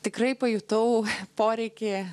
tikrai pajutau poreikį